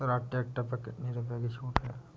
Swaraj tractor पर कितनी रुपये की छूट है?